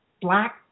black